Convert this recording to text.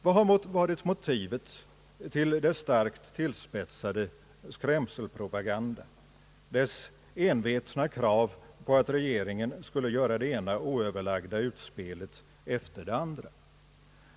Vad har varit motivet till dess starkt tillspetsade skrämselpropaganda, dess envetna krav på att regeringen skulle göra det ena oöverlagda utspelet efter det andra?